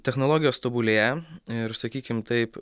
technologijos tobulėja ir sakykim taip